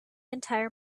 entire